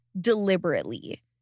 deliberately